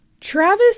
Travis